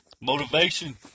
Motivation